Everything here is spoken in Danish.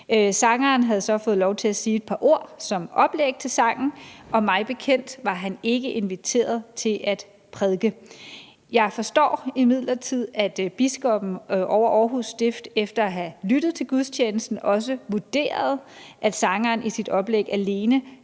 Sangeren havde så fået lov til at sige et par ord som oplæg til sangen, og mig bekendt var han ikke inviteret til at prædike. Jeg forstår imidlertid, at biskoppen over Aarhus Stift efter at have lyttet til gudstjenesten også vurderede, at sangeren i sit oplæg alene